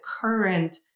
current